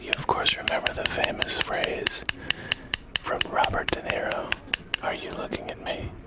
of course, remember the famous phrase from robert deniro are you looking at me?